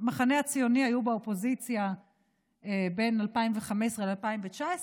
המחנה הציוני היו באופוזיציה בין 2015 ל-2019.